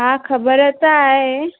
हा ख़बर त आहे